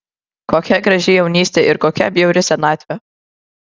kokia graži jaunystė ir kokia bjauri senatvė